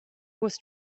was